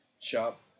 shop